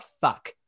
fuck